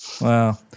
Wow